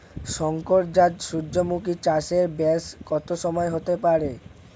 শংকর জাত সূর্যমুখী চাসে ব্যাস কত সময় হতে পারে?